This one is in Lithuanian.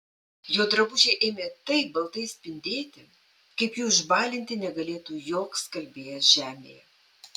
jo drabužiai ėmė taip baltai spindėti kaip jų išbalinti negalėtų joks skalbėjas žemėje